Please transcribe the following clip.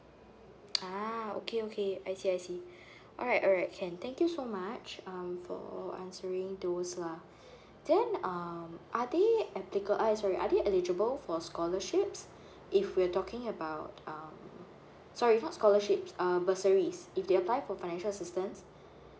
ah okay okay I see I see alright alright can thank you so much um for answering those uh then um are they applica~ uh sorry are they eligible for scholarships if we're talking about um sorry not scholarships uh bursaries if they apply for financial assistance